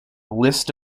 list